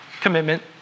Commitment